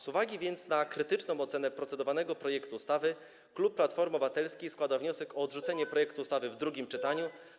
Z uwagi na krytyczną ocenę procedowanego projektu ustawy klub Platformy Obywatelskiej składa wniosek o odrzucenie projektu ustawy w drugim czytaniu.